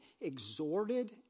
exhorted